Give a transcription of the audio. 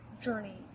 journey